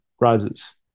rises